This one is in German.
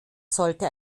sollte